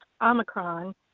Omicron